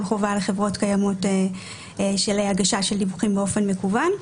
חובה על חברות קיימות להגיש דיווחים באופן מקוון,